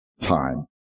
time